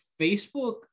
Facebook